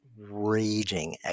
raging